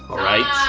right?